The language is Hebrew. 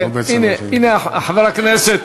חבר הכנסת